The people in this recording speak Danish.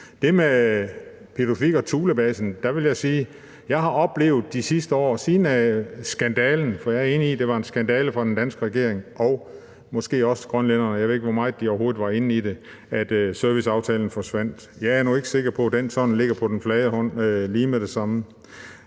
det med Pittufik og Thulebasen vil jeg sige, at jeg er enig i, at det var en skandale for den danske regering og måske også for grønlænderne – jeg ved ikke, hvor meget de overhovedet var inde i det – at serviceaftalen forsvandt, men jeg er nu ikke sikker på, at den sådan ligger på den flade hånd lige med det samme.